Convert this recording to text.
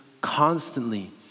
constantly